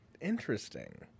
Interesting